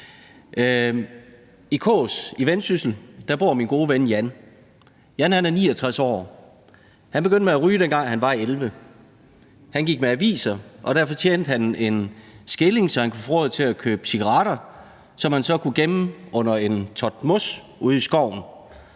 I Kås i Vendsyssel bor min gode ven Jan. Jan er 69 år. Han begyndte med at ryge, dengang han var 11 år. Han gik med aviser, og derfor tjente han en skilling, så han kunne få råd til at købe cigaretter, som han så kunne gemme under en tot mos ude i skoven,